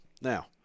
Now